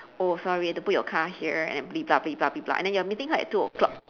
oh sorry you have to put your car here and and then you are meeting her at two o-clock